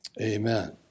Amen